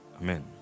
Amen